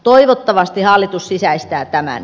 toivottavasti hallitus sisäistää tämän